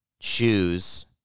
shoes